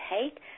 take